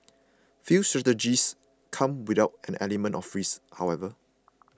few strategies come without an element of risk however